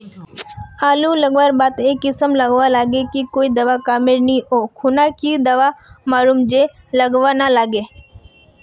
आलू लगवार बात ए किसम गलवा लागे की कोई दावा कमेर नि ओ खुना की दावा मारूम जे गलवा ना लागे?